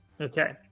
Okay